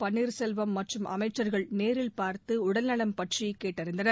பன்னீர்செல்வம் மற்றும் அமைச்சர்கள் நேரில் பார்த்து உடல்நலம் பற்றி கேட்டறிந்தனர்